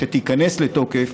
כשתיכנס לתוקף,